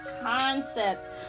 concept